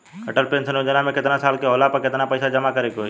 Atal pension योजना मे केतना साल के होला पर केतना पईसा जमा करे के होई?